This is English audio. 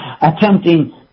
attempting